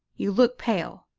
you look pale.